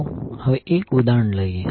ચાલો હવે 1 ઉદાહરણ લઈએ